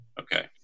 Okay